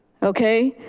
okay,